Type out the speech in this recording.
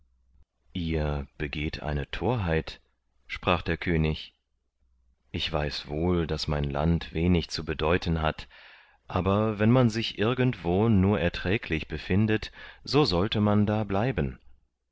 ihr begeht eine thorheit sprach der könig ich weiß wohl daß mein land wenig zu bedeuten hat aber wenn man sich irgendwo nur erträglich befindet so sollte man da bleiben